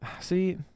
See